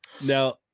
now